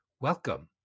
Welcome